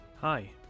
Hi